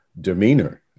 demeanor